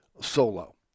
solo